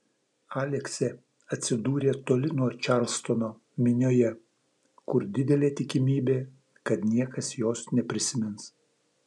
aleksė atsidūrė toli nuo čarlstono minioje kur didelė tikimybė kad niekas jos neprisimins